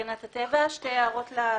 שתי הערות לסעיף.